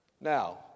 Now